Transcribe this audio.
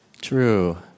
True